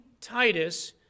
Titus